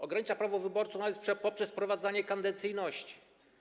Ogranicza prawa wyborców nawet poprzez wprowadzanie kadencyjności.